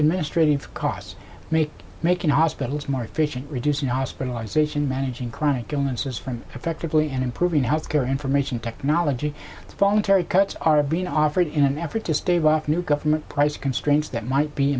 administrative costs me making hospitals more efficient reducing hospitalisation managing chronic illnesses from effectively and improving health care information technology voluntary cuts are being offered in an effort to stave off new government price constraints that might be